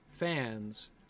fans